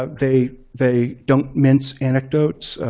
ah they they don't mince anecdotes.